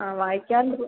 ആ വായിക്കാറുണ്ട്